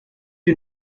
you